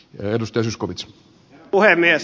herra puhemies